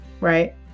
Right